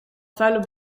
vuile